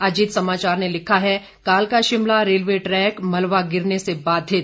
अजीत समाचार ने लिखा है कालका शिमला रेलवे ट्रैक मलबा गिरने से बाधित